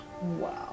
Wow